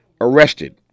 arrested